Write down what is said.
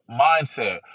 mindset